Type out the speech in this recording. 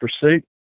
pursuit